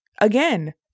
Again